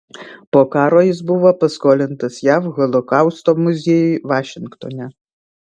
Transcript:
po karo jis buvo paskolintas jav holokausto muziejui vašingtone